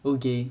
okay